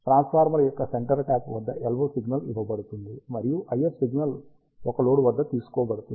transformer యొక్క centre tap వద్ద LO signal ఇవ్వబడుతుంది మరియు IF సిగ్నల్ ఒక లోడ్ వద్ద తీసుకోబడుతుంది